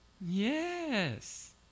yes